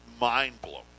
mind-blowing